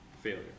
failure